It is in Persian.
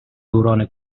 دوران